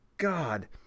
God